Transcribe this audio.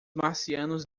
marcianos